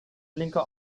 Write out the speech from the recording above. blinker